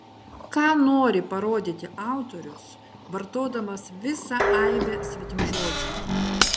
ką nori parodyti autorius vartodamas visą aibę svetimžodžių